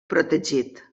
protegit